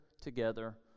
together